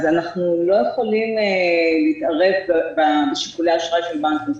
אז אנחנו לא יכולים להתערב בשיקולי האשראי של הבנקים.